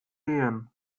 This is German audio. gehen